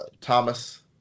Thomas